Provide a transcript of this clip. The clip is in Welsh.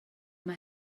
yma